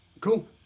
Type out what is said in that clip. Cool